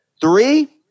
Three